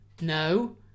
No